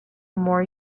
more